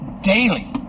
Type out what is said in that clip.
daily